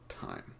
time